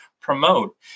promote